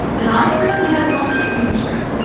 and i personally don't want that future.